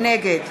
נגד דוד